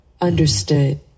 understood